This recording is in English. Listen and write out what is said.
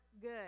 good